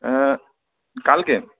হ্যাঁ কালকে